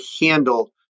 handle